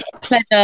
pleasure